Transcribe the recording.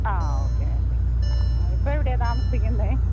ആ okay okay ഇപ്പം എവിടെയാണ് താമസിക്കുന്നത്